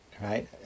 Right